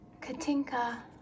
Katinka